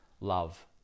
love